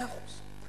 מאה אחוז.